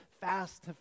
fast